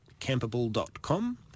campable.com